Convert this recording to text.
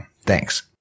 Thanks